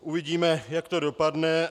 Uvidíme, jak to dopadne.